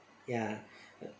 ya